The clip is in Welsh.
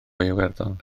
iwerddon